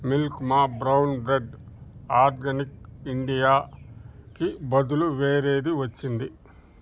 milk మా brown bread organic ఇండియాకి బదులు వేరేది వచ్చింది